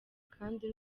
kandi